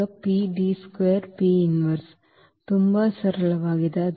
ಈಗ ತುಂಬಾ ಸರಳವಾಗಿದೆ